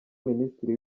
minisitiri